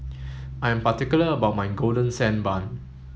I am particular about my golden sand bun